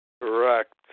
Correct